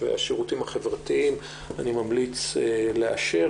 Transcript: והשירותים החברתיים, אני ממליץ לאשר.